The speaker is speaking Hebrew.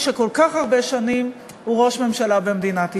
שכל כך הרבה שנים הוא ראש ממשלה במדינת ישראל.